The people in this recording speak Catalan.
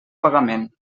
pagament